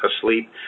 asleep